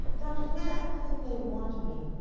dr. fuster, i don't think they want me.